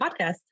podcast